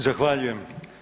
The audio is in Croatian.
Zahvaljujem.